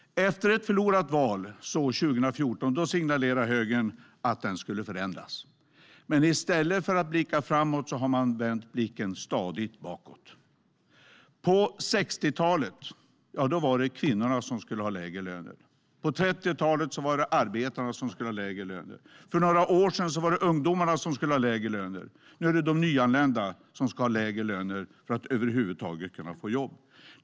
Efter ett förlorat val 2014 signalerade högern att den skulle förändras. Men i stället för att blicka framåt har man vänt blicken stadigt bakåt. På 60-talet var det kvinnorna som skulle ha lägre löner. På 30-talet var det arbetarna som skulle ha lägre löner. För några år sedan var det ungdomarna som skulle ha lägre löner. Nu är det de nyanlända som ska ha lägre löner för att över huvud taget kunna få jobb.